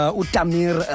utamir